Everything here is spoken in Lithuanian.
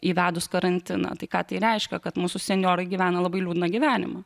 įvedus karantiną tai ką tai reiškia kad mūsų senjorai gyvena labai liūdną gyvenimą